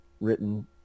written